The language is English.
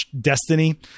Destiny